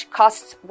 costs